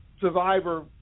survivor